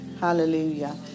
Hallelujah